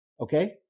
Okay